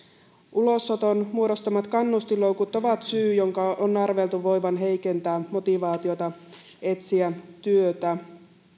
ulosoton muodostamat kannustinloukut ovat syy jonka on arveltu voivan heikentää motivaatiota etsiä työtä